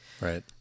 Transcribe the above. Right